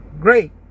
great